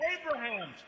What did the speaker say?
Abraham